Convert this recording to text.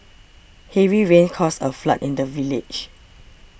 heavy rain caused a flood in the village